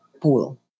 pool